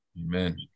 Amen